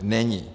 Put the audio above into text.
Není.